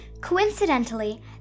Coincidentally